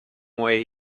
way